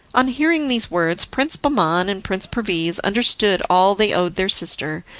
on hearing these words prince bahman and prince perviz understood all they owed their sister,